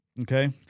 okay